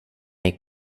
gick